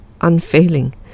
unfailing